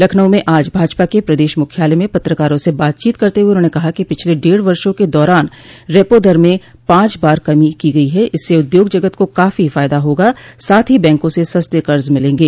लखनऊ में आज भाजपा के प्रदेश मुख्यालय में पत्रकारों से बातचीत करते हुए उन्होंने कहा कि पिछले डेढ़ वर्षो के दौरान रेपो दर में पांच बार कमी की गई है इससे उद्योग जगत को काफी फायदा होगा साथ ही बैंकों से सस्ते कर्ज मिलेंगे